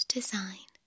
Design